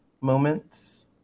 moments